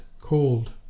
cold